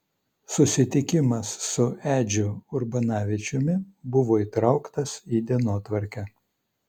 susitikimas su edžiu urbanavičiumi buvo įtrauktas į dienotvarkę